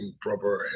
proper